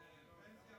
פנסיה